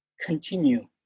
continue